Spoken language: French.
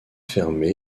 fermé